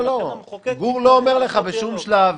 ולכן המחוקק --- גור לא אומר לך בשום שלב,